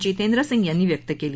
जितेंद्र सिंग यांनी व्यक्त केली